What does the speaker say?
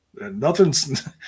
Nothing's